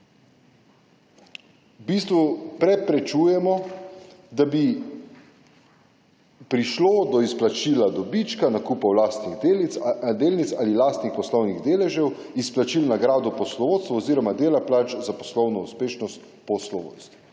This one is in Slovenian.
v bistvu preprečujemo, da bi prišlo do izplačila dobička, nakupov lastnih delnic ali lastnih osnovnih deležev, izplačil nagrad v poslovodstvu oziroma dela plač za poslovno uspešnost poslovodstvu.